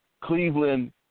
Cleveland